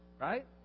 Right